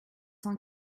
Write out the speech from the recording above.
cent